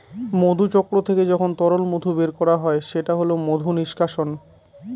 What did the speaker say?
মধুচক্র থেকে যখন তরল মধু বের করা হয় সেটা হল মধু নিষ্কাশন